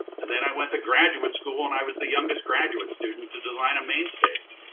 and then i went to graduate school and i was the youngest graduate student to design a main stage.